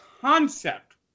concept